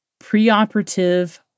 preoperative